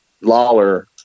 lawler